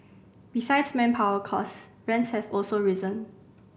besides manpower costs rents have also risen